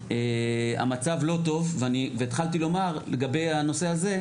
המצב לא טוב, והתחלתי לומר לגבי הנושא הזה,